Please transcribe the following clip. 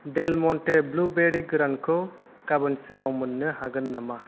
डेल Monte blueberry गोरानखौ गाबोनसिमाव मोननो हागोन नामा